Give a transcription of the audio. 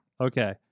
Okay